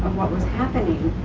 what was happening,